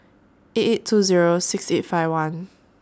eight eight two Zero six eight five one